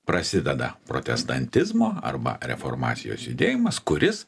prasideda protestantizmo arba reformacijos judėjimas kuris